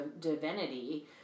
divinity